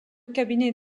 cabinet